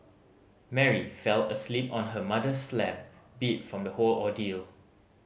Mary fell asleep on her mother's lap beat from the whole ordeal